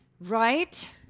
Right